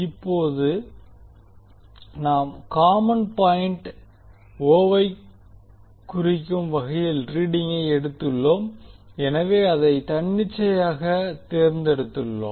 இப்போது நாம் common point o வை குறிக்கும் வகையில் ரீடிங்கை எடுத்துள்ளோம் எனவே அதை தன்னிச்சையாக தேர்ந்தெடுத்துள்ளோம்